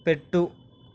పెట్టు